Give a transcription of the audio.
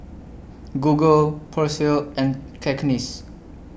Google Persil and Cakenis